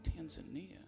Tanzania